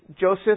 Joseph